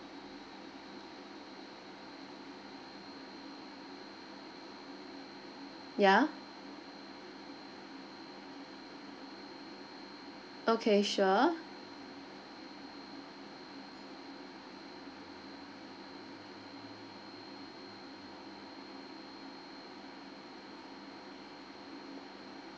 ya okay sure